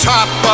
Top